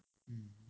mm